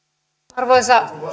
arvoisa